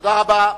תודה רבה.